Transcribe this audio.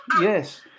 yes